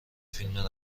فیلم